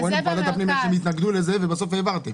אנחנו ראינו איך הם התנגדו לזה בוועדת הפנים ולבסוף העברתם,